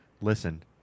Listen